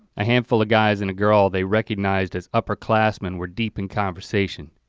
a handful of guys and a girl they recognized as upperclassmen were deep in conversation.